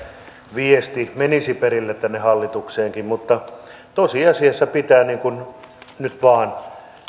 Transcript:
viesti menisi perille hallitukseenkin mutta tosiasiassa pitää nyt vain